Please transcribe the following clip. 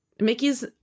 Mickey's